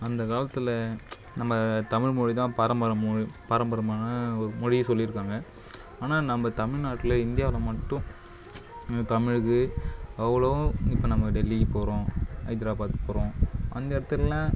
அந்த காலத்தில் நம்ம தமிழ் மொழிதான் பாரம்பரிய மொழி பாரம்பரியமான மொழி சொல்லியிருக்காங்க ஆனால் நம்ப தமிழ்நாட்டில் இந்தியாவில் மட்டும் நம்ம தமிழுக்கு எவ்வளவோ இப்போ நம்ப டெல்லிக்கு போகிறோம் ஹைதராபாத் போகிறோம் அந்த இடத்துக்குலாம்